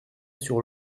sur